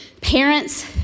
Parents